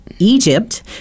Egypt